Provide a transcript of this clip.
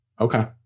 Okay